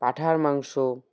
পাঁঠার মাংস